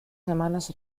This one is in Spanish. semanas